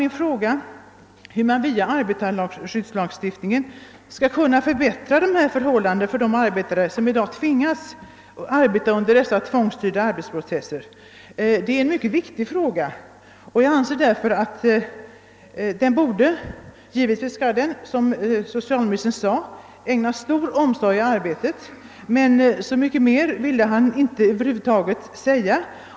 Min fråga gällde hur man via arbetarskyddslagstiftningen skall kunna förbättra förhållandena för de människor, som i dag tvingas arbeta i tvångsstyrda arbetsprocesser. Det är ett mycket viktigt problem, och givetvis skall det, som socialministern sade, ägnas stor omsorg vid översynsarbetet. Så mycket mer ville statsrådet inte säga.